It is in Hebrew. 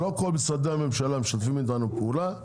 לא כל משרדי הממשלה משתפים איתנו פעולה.